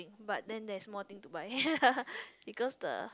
but then there's more thing to buy because the